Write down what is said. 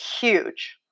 huge